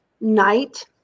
night